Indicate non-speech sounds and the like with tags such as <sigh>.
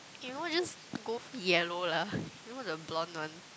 you know just go yellow lah <laughs> you know the blonde one